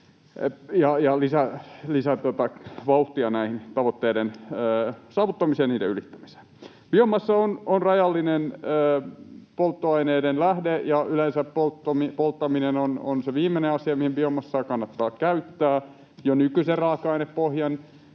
ja lisävauhtia näiden tavoitteiden saavuttamiseen ja niiden ylittämiseen. Biomassa on rajallinen polttoaineiden lähde, ja yleensä polttaminen on se viimeinen asia, mihin biomassaa kannattaa käyttää. Jo nykyisen raaka-ainepohjan